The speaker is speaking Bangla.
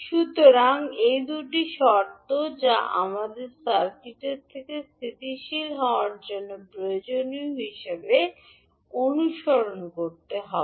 সুতরাং এই দুটি শর্ত যা আমাদের সার্কিটের থেকে স্থিতিশীল হওয়ার জন্য প্রয়োজনীয় হিসাবে অনুসরণ করতে হবে